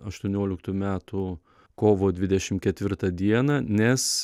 aštuonioliktų metų kovo dvidešim ketvirtą dieną nes